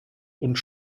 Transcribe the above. und